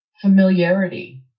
familiarity